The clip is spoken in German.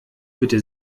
bitte